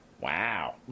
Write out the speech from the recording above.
wow